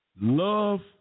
love